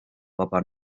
papa